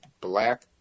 black